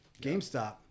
GameStop